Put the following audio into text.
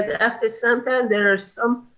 after some time there some,